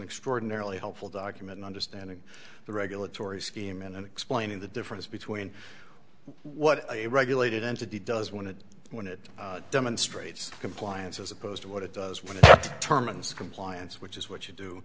extraordinarily helpful document in understanding the regulatory scheme and explaining the difference between what a regulated entity does want to do when it demonstrates compliance as opposed to what it does when it terminus compliance which is what you do